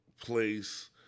place